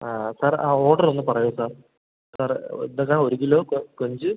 ആ സാർ ആ ഓഡർ ഒന്ന് പറയുമോ സാർ സാറേ എന്തൊക്കെ ആണ് ഒരു കിലോ കൊഞ്ച്